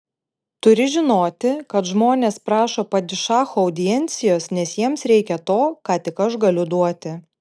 turi žinoti kad žmonės prašo padišacho audiencijos nes jiems reikia to ką tik aš galiu duoti